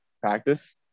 practice